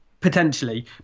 Potentially